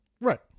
Right